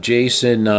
Jason